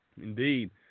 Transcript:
Indeed